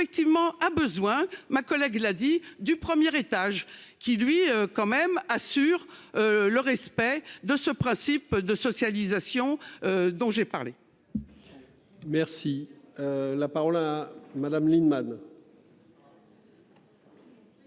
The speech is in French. effectivement a besoin ma collègue a dit du premier étage qui lui quand même assure. Le respect de ce principe de socialisation. Dont j'ai parlé. Merci. La parole à Madame Lienemann.